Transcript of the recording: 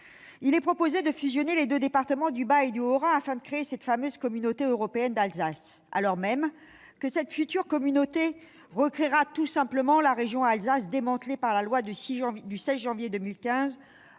il est proposé de fusionner les départements du Bas-Rhin et du Haut-Rhin afin de créer cette fameuse Communauté européenne d'Alsace, alors même que cette future structure recréera tout simplement la région Alsace démantelée par la loi du 16 janvier 2015